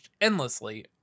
endlessly